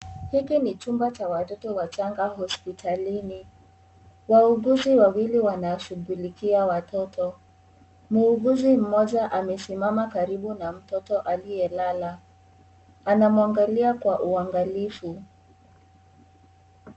Hiki ni chumba cha watoto wachanga hospitalini, wauguzi wawili wanashughulikia watoto, muuguzi mmoja amesimama karibu na mtoto aliyelala, anamwangalia kwa uangalifu.